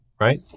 right